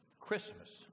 Christmas